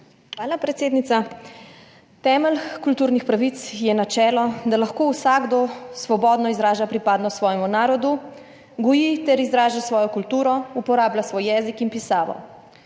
Hvala, predsednica. Temelj kulturnih pravic je načelo, da lahko vsakdo svobodno izraža pripadnost svojemu narodu, goji ter izraža svojo kulturo, uporablja svoj jezik in pisavo.